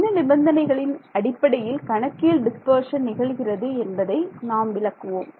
என்ன நிபந்தனைகளின் அடிப்படையில் கணக்கியல் டிஸ்பர்ஷன் நிகழ்கிறது என்பதை நாம் விளக்குவோம்